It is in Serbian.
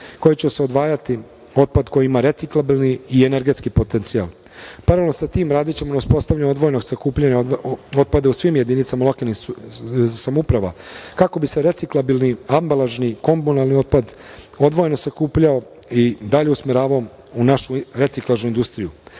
kojim će se odvajati otpad koji ima reciklabilni i energetski potencijal. Paralelno sa tim radićemo na uspostavljanju odvojenog sakupljanja otpada u svim jedinicama lokalnih samouprava, kako bi se reciklabilni, ambalažni komunalni otpad odvojeno sakupljao i dalje usmeravao u našu reciklažnu industriju.U